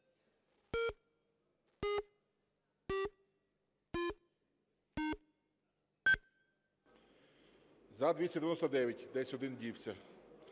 За-299 Десь один дівся.